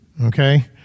Okay